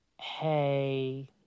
hey